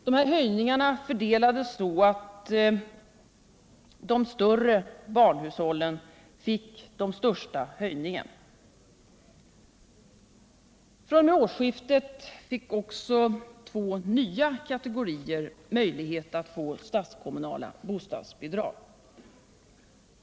De här höjningarna fördelades så, att de större barnhushållen fick den största höjningen. fr.o.m. årsskiftet fick också två nya kategorier möjlighet att erhålla statskommunala bostadsbidrag.